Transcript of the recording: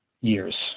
years